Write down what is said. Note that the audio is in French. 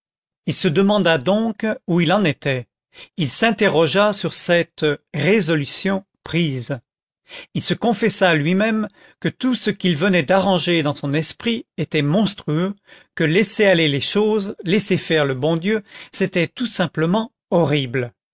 il se demanda donc où il en était il s'interrogea sur cette résolution prise il se confessa à lui-même que tout ce qu'il venait d'arranger dans son esprit était monstrueux que laisser aller les choses laisser faire le bon dieu c'était tout simplement horrible